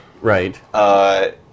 right